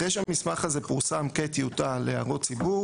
אחרי שהמסמך הזה פורסם כטיוטה להערות הציבור